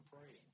praying